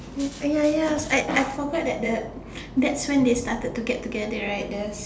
ya ya I I forgot that the that's when they started to get together right the